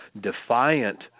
defiant